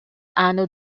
anno